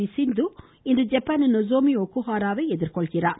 we Sindhu இன்று ஜப்பானின் Nozomi Okuhara வை எதிர்கொள்கிறார்